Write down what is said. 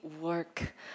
work